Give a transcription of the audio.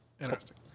Interesting